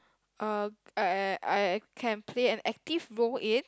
uh I I I can play an active role in